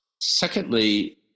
Secondly